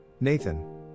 Nathan